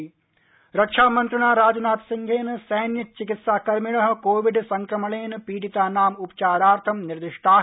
राजनाथ सिंह रक्षामन्त्रिणा राजनाथ सिंहेन सैन्य चिकित्साकर्मिणः कोविड संक्रमणेन पीडितानाम् उपचारार्थं निर्दिष्टाः